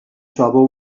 trouble